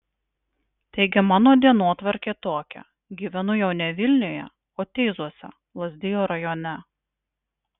taigi mano dienotvarkė tokia gyvenu jau ne vilniuje o teizuose lazdijų rajone